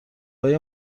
های